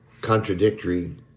contradictory